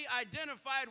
identified